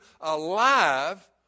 alive